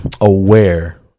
aware